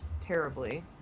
terribly